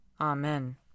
Amen